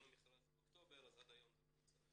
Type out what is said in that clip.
למכרז באוקטובר אז עד היום זה לא נוצל.